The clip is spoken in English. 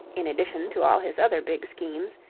in addition to all his other big schemes,